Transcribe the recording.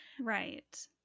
right